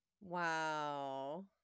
Wow